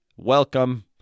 Welcome